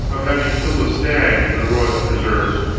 of having killed a stag in the royal preserves.